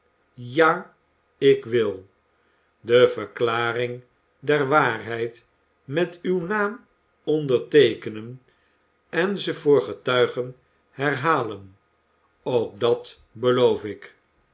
ja ik wil de verklaring der waarheid met uw naam onderteekenen en ze voor getuigen herhalen ook dat beloof ik